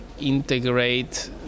integrate